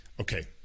okay